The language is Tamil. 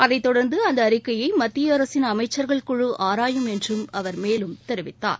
அதைத்தொடர்ந்து அந்த அறிக்கை மத்திய அரசின் அமைச்சர்கள் குழு ஆராயும் என்று அவர் மேலும் தெரிவித்தார்